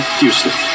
Houston